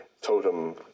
totem